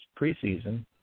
preseason